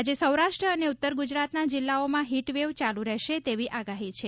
આજે સૌરાષ્ટ્ર અને ઉત્તર ગુજરાતના જિલ્લાઓમાં હીટવેવ ચાલુ રહેશે તેવી આગાહી છે